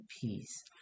Peace